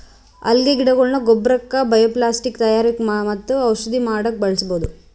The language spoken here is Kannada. ಅಲ್ಗೆ ಗಿಡಗೊಳ್ನ ಗೊಬ್ಬರಕ್ಕ್ ಬಯೊಪ್ಲಾಸ್ಟಿಕ್ ತಯಾರಕ್ಕ್ ಮತ್ತ್ ಔಷಧಿ ಮಾಡಕ್ಕ್ ಬಳಸ್ಬಹುದ್